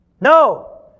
No